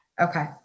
Okay